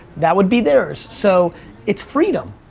that would be theirs. so it's freedom,